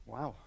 Wow